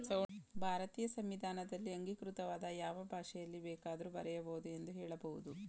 ಭಾರತೀಯ ಸಂವಿಧಾನದಲ್ಲಿ ಅಂಗೀಕೃತವಾದ ಯಾವ ಭಾಷೆಯಲ್ಲಿ ಬೇಕಾದ್ರೂ ಬರೆಯ ಬಹುದು ಎಂದು ಹೇಳಬಹುದು